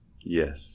Yes